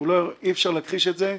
אי אפשר להכחיש את זה.